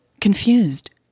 confused